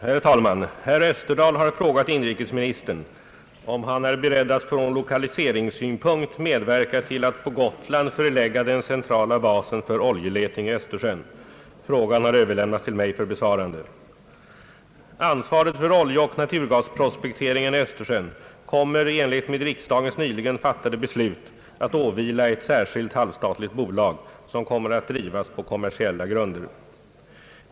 Herr talman! Herr Österdahl har frågat inrikesministern om han är beredd att från lokaliseringssynpunkt medverka till att på Gotland förlägga den centrala basen för oljeletning i Östersjön. Frågan har överlämnats till mig för besvarande. Ansvaret för oljeoch naturgasprospekteringen i Östersjön kommer i enlighet med riksdagens nyligen fattade beslut att åvila ett särskilt halvstatligt bolag, som kommer att drivas på kommersiella grunder.